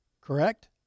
Correct